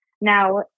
Now